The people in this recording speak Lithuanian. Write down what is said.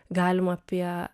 galim apie